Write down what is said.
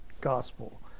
gospel